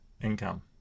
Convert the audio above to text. income